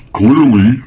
clearly